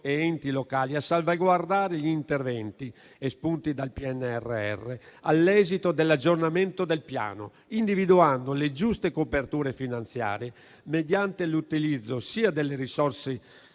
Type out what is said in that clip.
ed enti locali, a salvaguardare gli interventi espunti dal PNRR all'esito dell'aggiornamento del Piano, individuando le giuste coperture finanziarie mediante l'utilizzo sia delle risorse